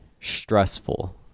stressful